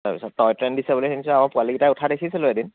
তাৰপিছত toy train দিছে বুলি শুনিছোঁ আৰু পোৱালীকেইটা উঠা দেখিছিলোঁ এদিন